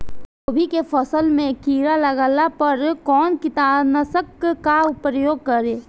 गोभी के फसल मे किड़ा लागला पर कउन कीटनाशक का प्रयोग करे?